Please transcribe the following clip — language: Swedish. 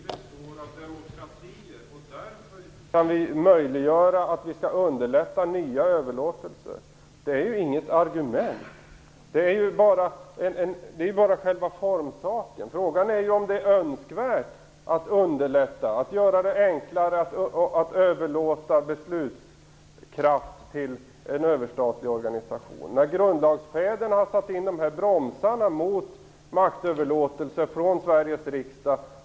Fru talman! Att EU består av demokratier och att vi därför skall underlätta nya överlåtelser är ju inget argument. Det är ju bara en formsak. Frågan är om det är önskvärt att göra det enklare att överlåta beslutskraft till en överstatlig organisation. Men grundlagsfäderna har satt in bromsar mot maktöverlåtelse från Sveriges riksdag.